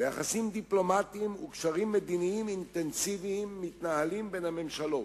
ויחסים דיפלומטיים וקשרים מדיניים אינטנסיביים מתנהלים בין הממשלות.